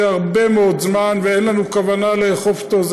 הרבה מאוד זמן ואין לנו כוונה לאכוף אותו.